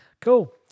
Cool